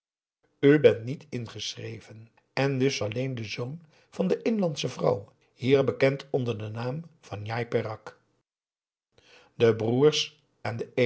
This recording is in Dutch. bent niet ingeschreven en dus alleen de zoon van de inlandsche vrouw hier bekend onder den naam van njai peraq de broers en de